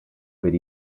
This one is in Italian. per